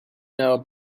know